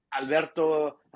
Alberto